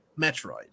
Metroid